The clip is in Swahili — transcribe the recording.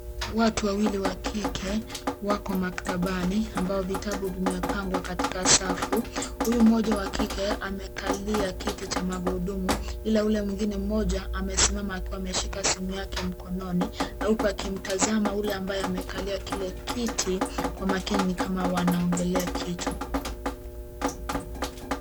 Watu wawili wako maktabani, ambao vitabu vimepangwa katika safu, huyu mmoja wa kike, amekalia kiti cha magurudumu ila ule mwingine mmoja, amesimama akiwa ameshika simu yake mkononi, au akimtazama yule ambaye amekalia kile kiti, kwa makini nikama wanaongelea kitu.